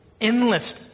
endless